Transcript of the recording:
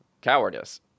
cowardice